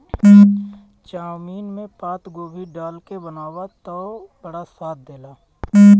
chowmein में पातगोभी डाल के बनावअ तअ बड़ा स्वाद देला